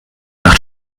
nach